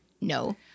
No